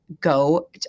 go